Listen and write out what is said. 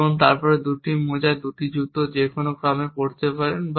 এবং তারপরে দুটি মোজা দুটি জুতা যে কোনও ক্রমে পরতে পারেন